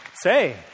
Say